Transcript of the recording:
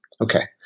Okay